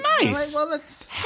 nice